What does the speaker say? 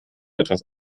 etwas